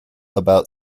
about